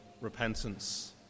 repentance